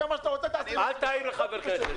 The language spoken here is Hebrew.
אתה רוצה לעזור במשהו ולא נתתי לך?